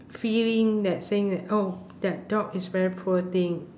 feeling that's saying that oh that dog is very poor thing